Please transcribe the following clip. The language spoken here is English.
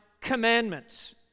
commandments